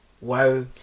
wow